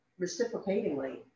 reciprocatingly